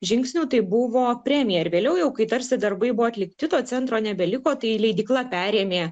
žingsnių tai buvo premija ir vėliau jau kai tarsi darbai buvo atlikti to centro nebeliko tai leidykla perėmė